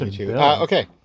Okay